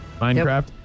Minecraft